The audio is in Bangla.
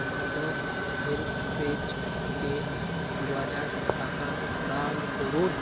মাদার হেল্পে পেইজকে দু হাজার টাকা দান করুন